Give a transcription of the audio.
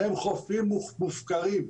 הם חופים מופקרים.